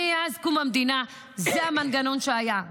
מאז קום המדינה זה המנגנון שהיה.